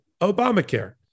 Obamacare